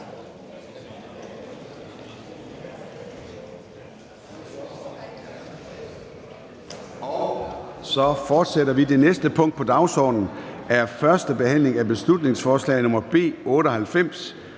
Det er vedtaget. --- Det næste punkt på dagsordenen er: 13) 1. behandling af beslutningsforslag nr.